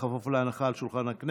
בכפוף להנחה על שולחן הכנסת.